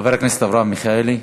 חבר הכנסת אברהם מיכאלי,